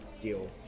deal